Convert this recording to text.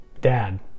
Dad